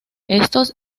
estos